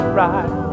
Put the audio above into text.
right